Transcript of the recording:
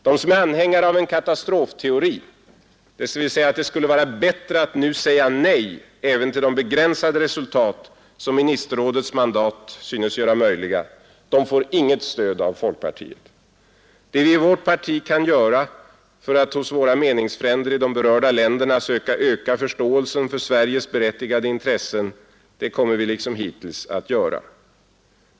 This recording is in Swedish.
De som är anhängare av en katastrofteori — dvs. att det skulle vara bättre att nu säga nej även till de begränsade resultat som ministerrådets mandat synes göra möjliga — får inget stöd av folkpartiet. Det vi i vårt parti kan göra för att hos våra meningsfränder i de berörda länderna söka öka förståelsen för Sveriges berättigade intressen, det kommer vi liksom hittills att göra.